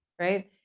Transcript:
right